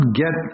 get